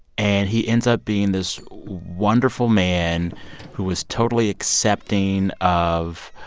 and he ends up being this wonderful man who was totally accepting of